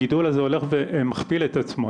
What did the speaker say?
הגידול הזה הולך ומכפיל את עצמו,